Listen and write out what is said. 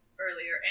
Earlier